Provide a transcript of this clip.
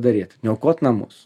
daryt niokot namus